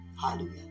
Hallelujah